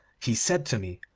he said to me,